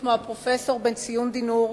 כמו הפרופסור בן-ציון דינור,